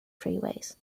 freeways